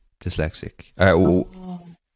dyslexic